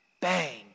Bang